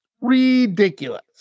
ridiculous